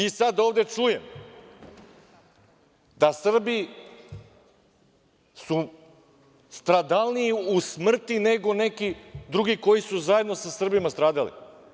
I sada ovde čujem da su Srbi stradalniji u smrti nego neki drugi koji su zajedno sa Srbima stradali.